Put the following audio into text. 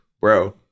bro